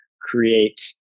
create